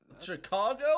Chicago